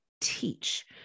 teach